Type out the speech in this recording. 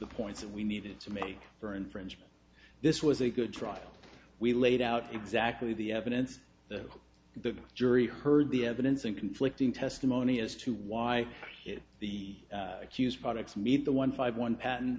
the points that we needed to make for infringement this was a good trial we laid out exactly the evidence that the jury heard the evidence and conflicting testimony as to why the accused products meet the one five one patt